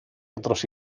otros